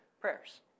prayers